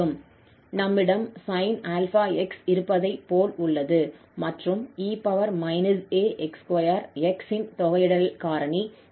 நம்மிடம் sin 𝛼𝑥 இருப்பதை போல் உள்ளது மற்றும் e ax2𝑥 ன் தொகையிடலை காரணி 2𝑎 உடன் சரிசெய்ய வேண்டும்